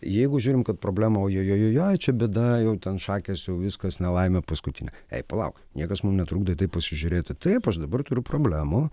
jeigu žiūrim kad problema oi oi oi oi čia bėda jau ten šakės jau viskas nelaimė paskutinė ei palauk niekas mum netrukdo į tai pasižiūrėti taip aš dabar turiu problemų